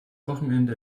wochenende